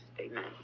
Amen